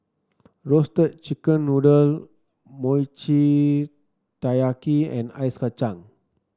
Roasted Chicken Noodle Mochi Taiyaki and Ice Kachang